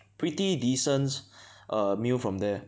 pretty decent err meal from there